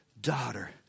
daughter